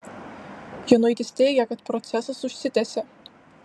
jonuitis teigia kad procesas užsitęsė